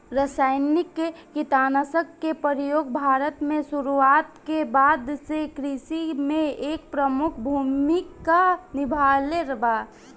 रासायनिक कीटनाशक के प्रयोग भारत में शुरुआत के बाद से कृषि में एक प्रमुख भूमिका निभाइले बा